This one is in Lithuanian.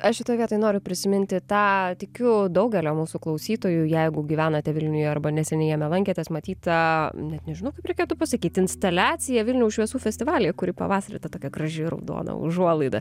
aš šitoj vietoj noriu prisiminti tą tikiu daugelio mūsų klausytojų jeigu gyvenate vilniuje arba neseniai jame lankėtės matytą net nežinau kaip reikėtų pasakyt instaliaciją vilniaus šviesų festivalyje kuri pavasarį ta tokia graži raudona užuolaida